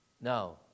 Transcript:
Now